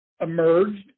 emerged